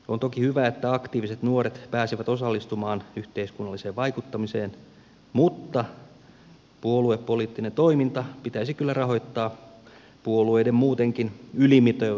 on toki hyvä että aktiiviset nuoret pääsevät osallistumaan yhteiskunnalliseen vaikuttamiseen mutta puoluepoliittinen toiminta pitäisi kyllä rahoittaa puolueiden muutenkin ylimitoitetuista tukirahoista